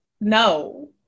no